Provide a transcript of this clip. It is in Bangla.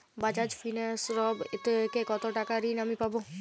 বাজাজ ফিন্সেরভ থেকে কতো টাকা ঋণ আমি পাবো?